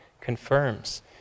confirms